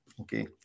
okay